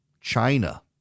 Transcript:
China